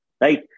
right